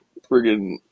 friggin